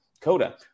Coda